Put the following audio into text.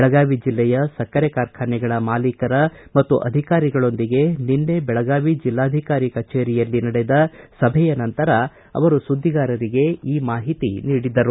ಬೆಳಗಾವಿ ಜಿಲ್ಲೆಯ ಸಕ್ಕರೆ ಕಾರ್ಖಾನೆಗಳ ಮಾಲೀಕರ ಮತ್ತು ಅಧಿಕಾರಿಗಳೊಂದಿಗೆ ನಿನ್ನೆ ಬೆಳಗಾವಿ ಜಿಲ್ಲಾಧಿಕಾರಿಗಳ ಕಚೇರಿಯಲ್ಲಿ ನಡೆದ ಸಭೆಯ ನಂತರ ಅವರು ಸುದ್ವಿಗಾರರಿಗೆ ಈ ಮಾಹಿತಿ ನೀಡಿದರು